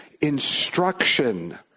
instruction